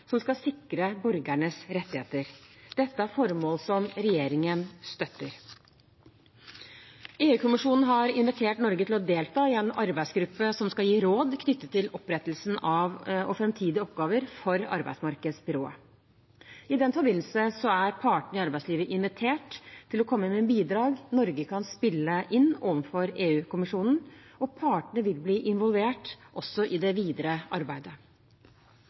som skal sikre borgernes rettigheter. Dette er formål som regjeringen støtter. EU-kommisjonen har invitert Norge til å delta i en arbeidsgruppe som skal gi råd knyttet til opprettelsen av og framtidige oppgaver for arbeidsmarkedsbyrået. I den forbindelse er partene i arbeidslivet invitert til å komme med bidrag Norge kan spille inn overfor EU-kommisjonen. Partene vil bli involvert også i det videre arbeidet.